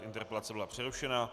Interpelace byla přerušena.